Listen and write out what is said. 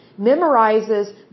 memorizes